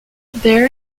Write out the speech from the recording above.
there